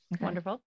Wonderful